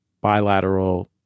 bilateral